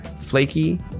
flaky